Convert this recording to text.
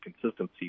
consistency